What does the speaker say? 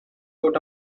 out